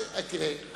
תראה,